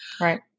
Right